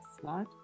slide